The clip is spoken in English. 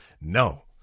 No